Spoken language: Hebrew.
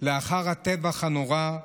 לאחר הטבח הנורא,